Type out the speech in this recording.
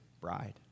bride